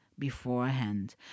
beforehand